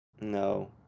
no